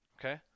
okay